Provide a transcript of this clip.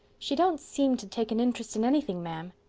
she don't seem to take an interest in anything, ma'am.